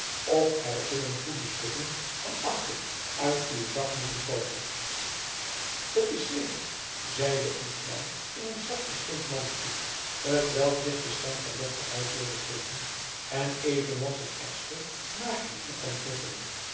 of er zullen goede stukken van achten uit uw zak moeten komen t is zeker zeide een klein in t zwart gekleed mannetje t welk zich den schijn van deftigheid wilde geven en evenals een ekster naar hen toe